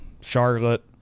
Charlotte